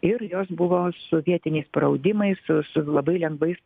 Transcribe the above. ir jos buvo su vietiniais paraudimai su su labai lengvais